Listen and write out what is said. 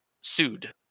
sued